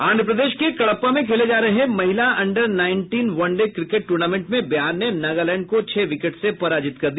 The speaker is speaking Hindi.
आंध्र प्रदेश के कडपा में खेले जा रहे अन्डर महिला nineteen one day cricket tournament में बिहार ने नगालैंड को छह विकेट से पराजित कर दिया